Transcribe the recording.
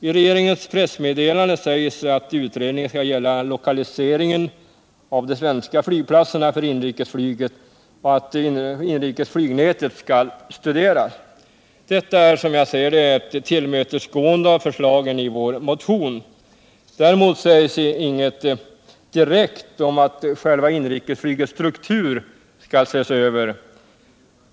I regeringens pressmeddelande sägs att utredningen skall gälla lokaliseringen av de svenska flygplatserna för inrikesflyget och att inrikesflygnätet skall studeras. Detta är som jag ser det ett tillmötesgående av förslagen i vår motion. Däremot sägs inget direkt om att själva inrikesflygets struktur skall ses över.